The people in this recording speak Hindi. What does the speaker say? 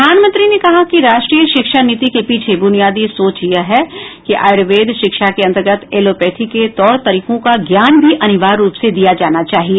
प्रधानमंत्री ने कहा कि राष्ट्रीय शिक्षा नीति के पीछे बुनियादी सोच यह है कि आयुर्वेदिक शिक्षा के अंतर्गत ऐलोपैथी के तौर तरीकों का ज्ञान भी अनिवार्य रूप से दिया जाना चाहिए